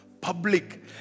public